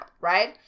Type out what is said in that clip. right